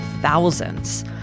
thousands